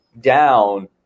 down